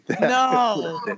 No